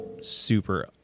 super